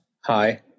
Hi